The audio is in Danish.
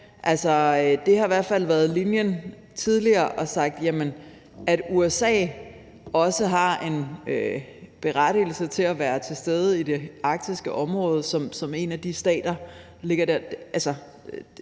Det har i hvert fald været linjen tidligere at sige, at USA også har en berettigelse til at være til stede i det arktiske område som en af de stater, der ligger der.